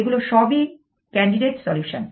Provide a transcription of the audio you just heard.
এগুলো সবই candidate solution